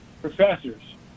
professors